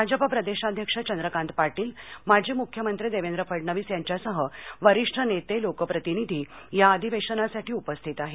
भाजप प्रदेशाध्यक्ष चंद्रकांत पाटील माजी मुख्यमंत्री देवेंद्र फडणवीस यांच्यासह वरिष्ठ नेते लोकप्रतिनिधी या अधिवेशनासाठी उपस्थित आहेत